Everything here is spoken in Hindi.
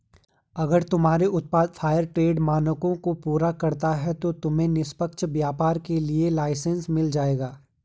अगर तुम्हारे उत्पाद फेयरट्रेड मानकों को पूरा करता है तो तुम्हें निष्पक्ष व्यापार के लिए लाइसेन्स मिल जाएगा